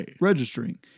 registering